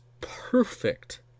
perfect